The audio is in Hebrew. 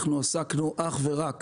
אנחנו עסקנו אך ורק